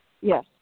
Yes